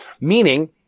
Meaning